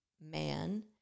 man